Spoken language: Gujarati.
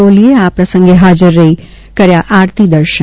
કોહલીએ આ પ્રસંગે હાજર રહી કર્યા આરતી દર્શન